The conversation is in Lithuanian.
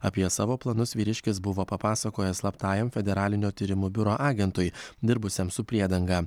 apie savo planus vyriškis buvo papasakojęs slaptajam federalinio tyrimų biuro agentui dirbusiam su priedanga